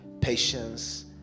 patience